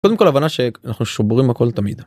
קודם כל הבנה שאנחנו שוברים הכל תמיד.